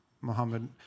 Mohammed